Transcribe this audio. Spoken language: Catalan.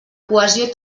cohesió